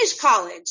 college